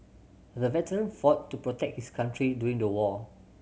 the veteran fought to protect his country during the war